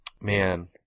Man